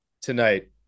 tonight